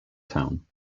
town